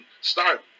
start